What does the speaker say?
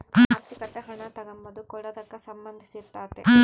ಆರ್ಥಿಕತೆ ಹಣ ತಗಂಬದು ಕೊಡದಕ್ಕ ಸಂದಂಧಿಸಿರ್ತಾತೆ